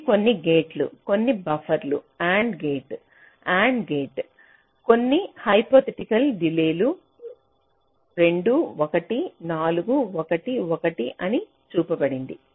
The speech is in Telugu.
ఇవి కొన్ని గేట్లు కొన్ని బఫర్లు AND గేట్ AND గేట్ కొన్ని హైపోథెటికల్ డిలేలు 2 1 4 1 1 అని చూపబడింది